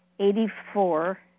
Eighty-four